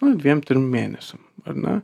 nu dviem trim mėnesiam ar ne